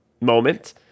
moment